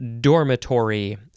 dormitory